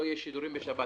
לא יהיו שידורים בשבת.